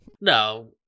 no